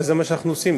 וזה מה שאנחנו עושים,